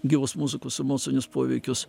gyvos muzikos emocinis poveikis